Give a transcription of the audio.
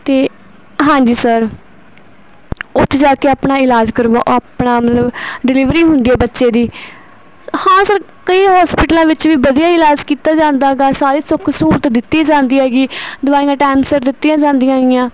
ਅਤੇ ਹਾਂਜੀ ਸਰ ਉੱਥੇ ਜਾ ਕੇ ਆਪਣਾ ਇਲਾਜ ਕਰਵਾਉ ਆਪਣਾ ਮਤਲਬ ਡਿਲੀਵਰੀ ਹੁੰਦੀ ਹੈ ਬੱਚੇ ਦੀ ਹਾਂ ਸਰ ਕਈ ਹੋਸਪਿਟਲਾਂ ਵਿੱਚ ਵੀ ਵਧੀਆ ਇਲਾਜ ਕੀਤਾ ਜਾਂਦਾ ਗਾ ਸਾਰੇ ਸੁੱਖ ਸਹੂਲਤ ਦਿੱਤੀ ਜਾਂਦੀ ਹੈਗੀ ਦਵਾਈਆਂ ਟਾਈਮ ਸਿਰ ਦਿੱਤੀਆਂ ਜਾਂਦੀਆਂ ਗੀਆਂ